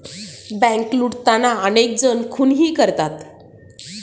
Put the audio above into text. bank लुटताना अनेक जण खूनही करतात